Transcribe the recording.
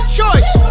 choice